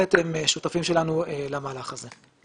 בהחלט הם שותפים שלנו למהלך הזה.